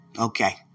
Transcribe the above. Okay